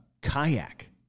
kayak